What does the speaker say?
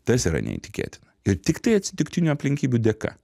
tas yra neįtikėtina ir tiktai atsitiktinių aplinkybių dėka